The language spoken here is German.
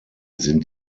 sind